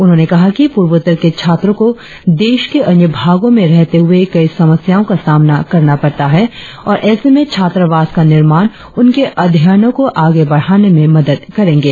उन्होंने कहा कि पूर्वोत्तर के छात्रों को देश के अन्य भागों में रहते हुए कई समस्याओं का सामना करना पड़ता है और ऐसे में छात्रावास का निर्माण उनके अध्ययनों को आगे बढ़ाने में मदद करेंगे